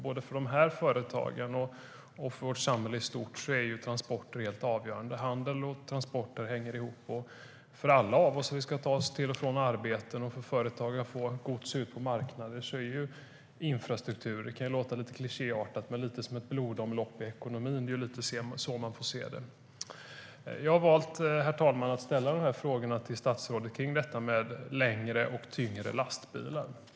Både för dessa företag och för vårt samhälle i stort är ju transporter helt avgörande. Handel och transporter hänger ihop. Om vi ska ta oss till och från arbetet och om företagen ska få ut gods på marknader är infrastrukturen - det kan låta lite klichéartat - lite som ett blodomlopp i ekonomin. Det är lite så som man får se det. Herr talman! Jag har valt att ställa några frågor till statsrådet om detta med längre och tyngre lastbilar.